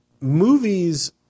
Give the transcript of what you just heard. movies